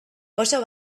oso